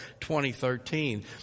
2013